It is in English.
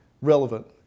Relevant